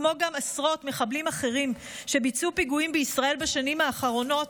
כמו גם עשרות מחבלים אחרים שביצעו פיגועים בישראל בשנים האחרונות,